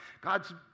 God's